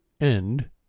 End